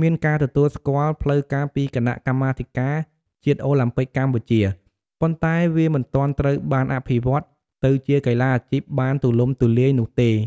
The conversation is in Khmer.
មានការទទួលស្គាល់ផ្លូវការពីគណៈកម្មាធិការជាតិអូឡាំពិកកម្ពុជា ប៉ុន្តែវាមិនទាន់ត្រូវបានអភិវឌ្ឍទៅជាកីឡាអាជីពបានទូលំទូលាយនោះទេ។ ។